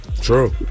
true